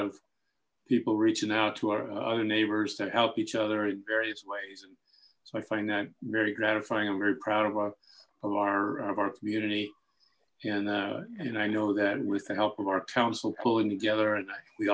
of people reaching out to our other neighbors to help each other in various ways and so i find that very gratifying i'm very proud of our of our of our community and and i know that with the help of our council pulling together and we